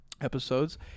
episodes